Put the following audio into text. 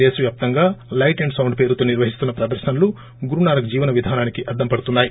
దేశ వ్యాప్తంగా లైట్ ఒ సాండ్ పేరుతో నిర్వహిస్తున్న ప్రదర్ననలు గురునానక్ జీవన విధానానికి అద్దం పడుతున్నాయి